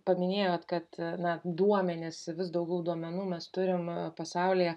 paminėjote kad na duomenis vis daugiau duomenų mes turim pasaulyje